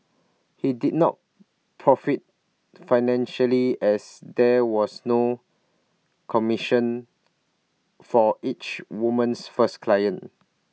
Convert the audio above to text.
he did not profit financially as there was no commission for each woman's first client